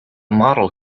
model